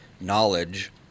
knowledge